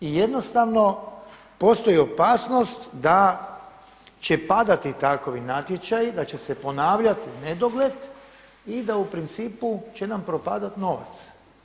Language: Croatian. I jednostavno postoji opasnost da će padati takvi natječaji, da će se ponavljati u nedogled i da u principu će na propadati novac.